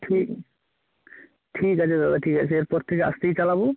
ঠিক আ ঠিক আছে দাদা ঠিক আছে এরপর থেকে আস্তেই চালাবো